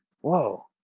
Whoa